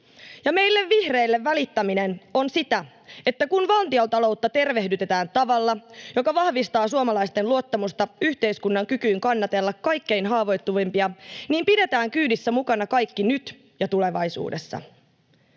meille vihreille välittäminen on sitä, että kun valtiontaloutta tervehdytetään tavalla, joka vahvistaa suomalaisten luottamusta yhteiskunnan kykyyn kannatella kaikkein haavoittuvimpia, niin pidetään kyydissä mukana kaikki nyt ja tulevaisuudessa.